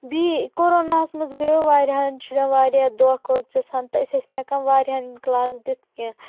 بیٚیہِ کوروناہس منٛز گیو واریاہن شُرین واریاہ دۄکھ اوس گژھان تہِ أسۍ ٲسۍ نہ ہیکان واریاہن کِلاس دِتھ کینٛہہ